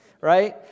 right